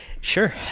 sure